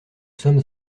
sommes